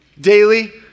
daily